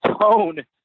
tone